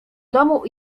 domu